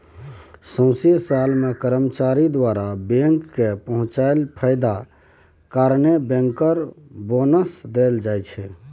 सौंसे साल मे कर्मचारी द्वारा बैंक केँ पहुँचाएल फायदा कारणेँ बैंकर बोनस देल जाइ छै